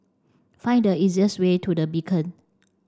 find the easiest way to the Beacon